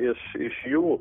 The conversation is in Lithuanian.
iš iš jų